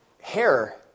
hair